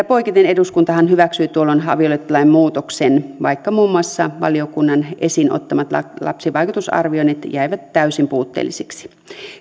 poiketen eduskuntahan hyväksyi tuolloin avioliittolain muutoksen vaikka muun muassa valiokunnan esiin ottamat lapsivaikutusarvioinnit jäivät täysin puutteellisiksi